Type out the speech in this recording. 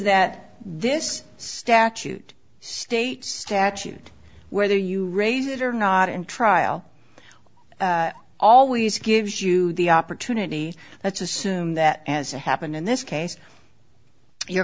that this statute state statute whether you raise it or not in trial always gives you the opportunity let's assume that as a happened in this case your